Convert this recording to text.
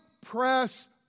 press